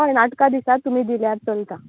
हय नाटका दिसात तुमी दिल्यार चलता